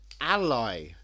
ally